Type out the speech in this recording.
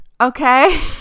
okay